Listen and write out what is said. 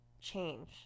change